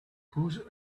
who